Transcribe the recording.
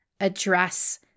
address